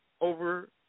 over